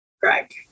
Greg